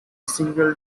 single